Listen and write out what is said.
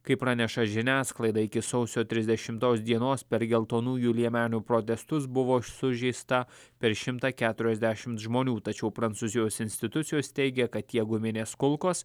kaip praneša žiniasklaida iki sausio trisdešimtos dienos per geltonųjų liemenių protestus buvo sužeista per šimtą keturiasdešimt žmonių tačiau prancūzijos institucijos teigia kad tiek guminės kulkos